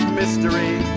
mystery